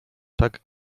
tak